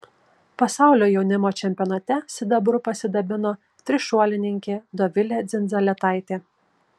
pasaulio jaunimo čempionate sidabru pasidabino trišuolininkė dovilė dzindzaletaitė